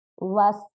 Less